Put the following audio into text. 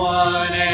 one